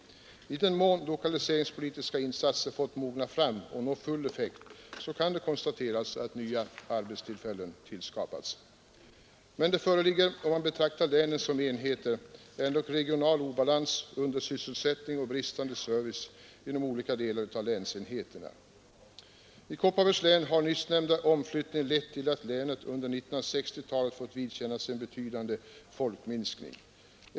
I den mån lokaliseringspolitiska insatser fått mogna fram och nå full effekt kan det konstateras att nya arbetstillfällen tillskapats. Men det föreligger, om man betraktar länen som enheter, ändock regional obalans, undersysselsättning och bristande service inom olika delar av länsenheterna. I Kopparbergs län har nyssnämnda omflyttning lett till att länet under 1960-talet fått vidkännas en betydande folkminskning.